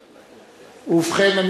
ובכן,